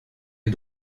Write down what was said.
les